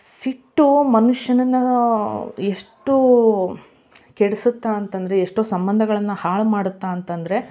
ಸಿಟ್ಟು ಮನುಷ್ಯನನ್ನ ಎಷ್ಟು ಕೆಡ್ಸತ್ತೆ ಅಂತಂದರೆ ಎಷ್ಟೋ ಸಂಬಂಧಗಳನ್ನ ಹಾಳು ಮಾಡತ್ತೆ ಅಂತಂದರೆ